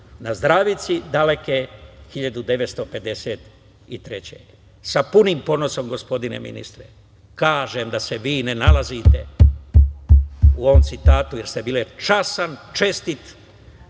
na zdravici daleke 1953. godine. Sa punim ponosom, gospodine ministre, kažem da se vi ne nalazite u ovom citatu, jer ste bili častan, čestit,